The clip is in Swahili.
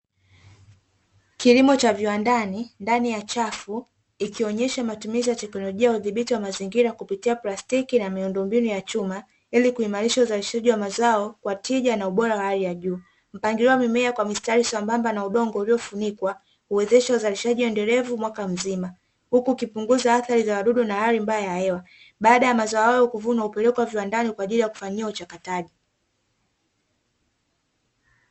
Kilimo cha viwandani ndani ya chafu ikionyesha matumizi ya teknolojia ya udhibiti wa mazingira kupitia plastiki na miundombinu ya chuma ili kuimarisha uzalishaji wa mazao wa tija na ubora wa hali ya juu. Mpangilio wa Mimea kwa mistari sambamba na udongo uliofunikwa, huwezesha uzalishaji endelevu mwaka mzima, huku ukipunguza athari za wadudu na hali mbaya ya hewa. Baada ya mazao hayo kuvunwa hupelekwa kiwandani kwa ajili ya kufanyiwa uchakataji.